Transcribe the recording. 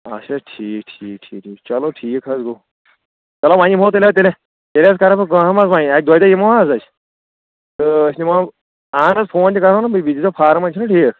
اَچھا ٹھیٖک ٹھیٖک ٹھیٖک چلو ٹھیٖک حظ گوٚو چلو وۄنۍ یِمو تیٚلہِ تیٚلہِ تیٚلہِ حظ کَرٕ بہٕ کأم حظ وۄنۍ اَکہِ دۄیہِ دۄہہِ یِمو حظ أسۍ تہٕ أسۍ نِمو اَہن حظ فون تہِ کرو نا بہٕ بیٚیہِ دیٖزیو چھُنہ ٹھیٖک